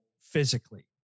physically